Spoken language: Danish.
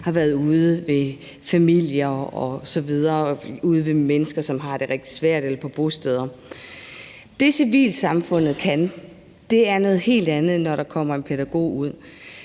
har været ude ved familier og ude ved mennesker, som har det rigtig svært, eller på bosteder. Det, civilsamfundet kan, er noget helt andet end det, der sker, når der kommer en pædagog ud.